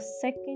second